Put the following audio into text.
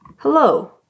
Hello